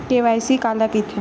KYC काला कइथे?